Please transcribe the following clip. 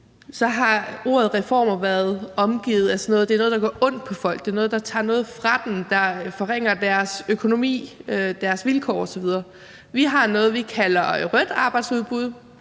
– at ordet reformer har været omtalt, som om det er noget, der gør ondt på folk, noget, der tager noget fra dem, og som forringer deres økonomi, deres vilkår osv. Vi har noget, vi kalder et rødt arbejdsudbud,